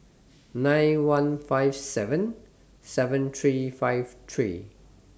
nine one five seven seven three five three